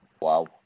Wow